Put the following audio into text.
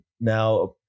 now